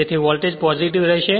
જેથી voltage positive રહેશે